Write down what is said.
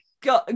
go